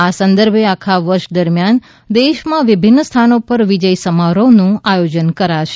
આ સંદર્ભે આખા વર્ષ દરમિયાન દેશમાં વિભિન્ન સ્થાનો પર વિજય સમારોહનું આયોજન કરાશે